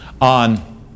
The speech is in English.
on